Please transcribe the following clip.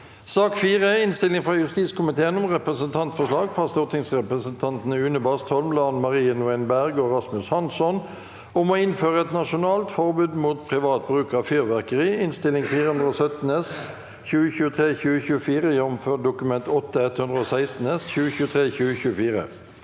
2024 Innstilling fra justiskomiteen om Representantforslag fra stortingsrepresentantene Une Bastholm, Lan Marie Nguyen Berg og Rasmus Hansson om å innføre et nasjonalt forbud mot privat bruk av fyrverkeri (Innst. 417 S (2023–2024), jf. Dokument 8:116 S (2023–2024))